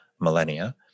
millennia